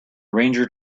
ranger